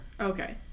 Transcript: Okay